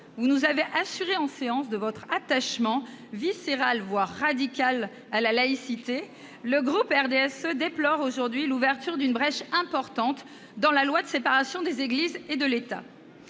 vous nous avez assurés, en séance, de votre « attachement viscéral voire radical à la laïcité »,, les élus du RDSE déplorent aujourd'hui l'ouverture d'une brèche importante dans la loi de séparation des Églises et de l'État.